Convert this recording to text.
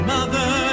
Mother